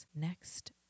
next